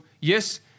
yes